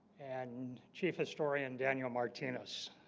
and chief historian daniel martinez